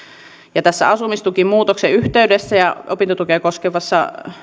tässä asumistukimuutoksen yhteydessä ja opintotukea